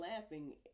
laughing